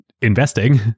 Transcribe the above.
investing